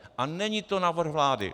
A není to návrh vlády.